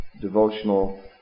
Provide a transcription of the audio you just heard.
devotional